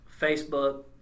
Facebook